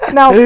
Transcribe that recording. Now